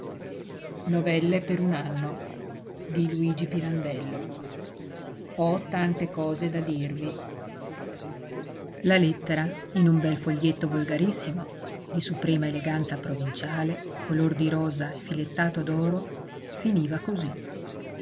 non voglio signore io per casa ho tante cose da dirvi la lettera in un bel foglietto volgarissimo di suprema eleganza provinciale color di rosa e filettato d'oro finiva cosí